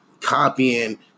copying